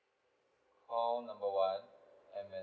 call number one M_S